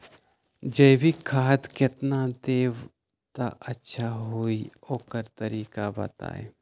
जैविक खाद केतना देब त अच्छा होइ ओकर तरीका बताई?